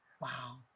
Wow